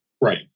Right